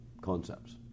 concepts